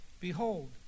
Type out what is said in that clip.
Behold